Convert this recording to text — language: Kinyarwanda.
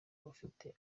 bafite